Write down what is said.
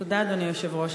תודה, אדוני היושב-ראש.